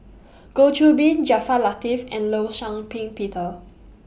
Goh Qiu Bin Jaafar Latiff and law Shau Ping Peter